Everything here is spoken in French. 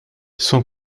son